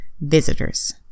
visitors